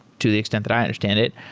to the extent that i understand it,